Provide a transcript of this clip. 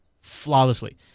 flawlessly